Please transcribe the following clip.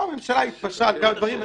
לא, הממשלה התפשרה על כמה דברים.